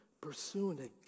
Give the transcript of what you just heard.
pursuing